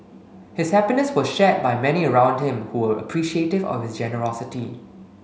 his happiness was shared by many around him who were appreciative of his generosity